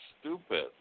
stupid